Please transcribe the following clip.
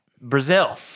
Brazil